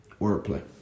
Wordplay